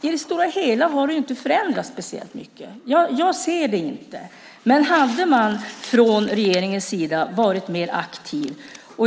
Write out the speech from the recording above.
I det stora hela har det inte förändrats speciellt mycket. Jag ser det inte. Regeringen hade kunnat vara mer aktiv.